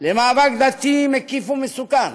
למאבק דתי, מקיף ומסוכן,